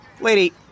Lady